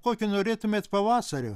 kokio norėtumėt pavasario